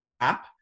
app